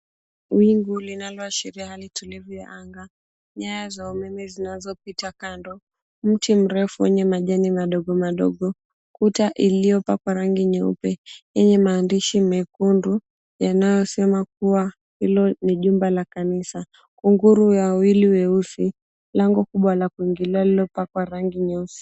Wingu linaloashiria hali tulivu ya anga, nyaya za umeme zinazo pita kando, mti mrefu wenye majani madogo madogo. Kuta iliyopakwa rangi nyeupe yenye maandishi mekundu yanayosema kuwa hilo ni jumba la kanisa. Kunguru wawili weusi, lango kubwa la kuingilia liilopakwa rangi nyeusi.